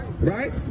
Right